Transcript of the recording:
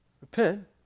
Repent